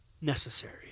necessary